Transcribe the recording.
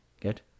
good